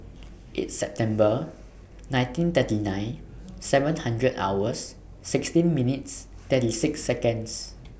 eight September nineteen thirty nine seven hundred hours sixteen minutes thirty six Seconds